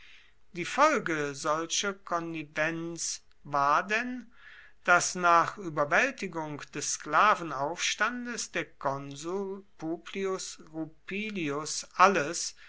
die folge solcher konnivenz war denn daß nach überwältigung des sklavenaufstandes der konsul publius rupilius alles